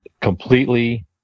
completely